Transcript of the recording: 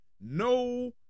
no